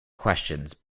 questions